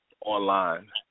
online